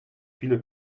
viele